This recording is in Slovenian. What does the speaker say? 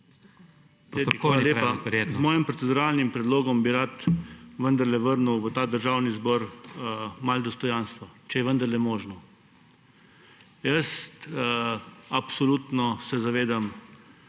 Z mojim proceduralnim predlogom bi rad vendarle vrnil v ta državni zbor malo dostojanstva, če je vendarle možno. Jaz se absolutno zavedam,